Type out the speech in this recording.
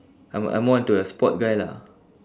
I'm I'm more into a sport guy lah